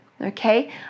okay